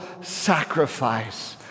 sacrifice